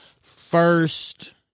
first